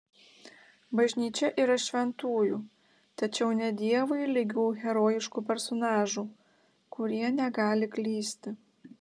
bažnyčia yra šventųjų tačiau ne dievui lygių herojiškų personažų kurie negali klysti